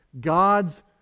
God's